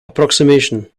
approximation